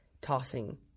tossing